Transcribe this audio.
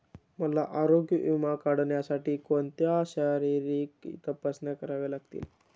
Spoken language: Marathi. मला आरोग्य विमा काढण्यासाठी कोणत्या शारीरिक तपासण्या कराव्या लागतील?